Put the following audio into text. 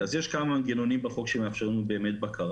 יש כמה מנגנונים בחוק שמאפשרים לנו בקרה.